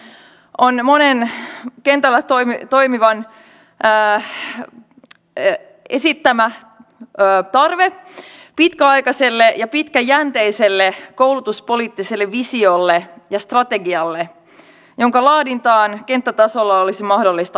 ensimmäinen on monen kentällä toimivan esittämä tarve pitkäaikaiselle ja pitkäjänteiselle koulutuspoliittiselle visiolle ja strategialle jonka laadintaan kenttätasolla olisi mahdollista osallistua